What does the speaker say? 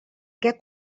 què